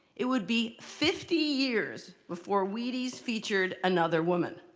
it would be fifty years before wheaties featured another woman.